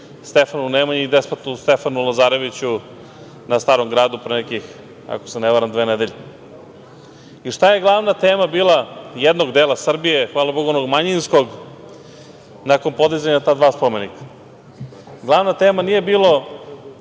Stefanu Nemanji i despotu Stefanu Lazareviću na Starom gradu pre nekih, ako se ne varam, dve nedelje. Šta je glavna tema bila jednog dela Srbije, hvala bogu onog manjinskog, nakon podizanja ta dva spomenika? Glavna tema nije bilo